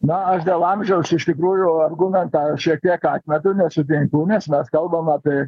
na aš dėl amžiaus iš tikrųjų argumentą šiek tiek atmetu nesutinku nes mes kalbam apie